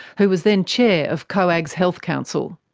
who was then chair of coag's health council.